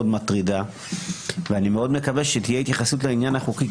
מטרידה ואני מאוד מקווה שתהיה התייחסות לעניין החוקי,